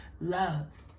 loves